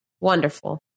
Wonderful